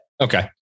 Okay